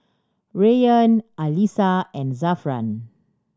Rayyan Alyssa and Zafran